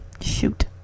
Shoot